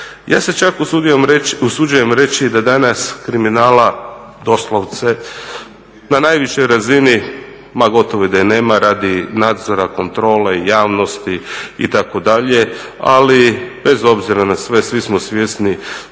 Ja se čak usuđujem reći da danas kriminala doslovce na najvišoj razini ma gotovo da i nema, radi nadzora, kontrole, javnosti, itd. Ali bez obzira na sve svi smo svjesni